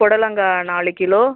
புடலங்கா நாலு கிலோ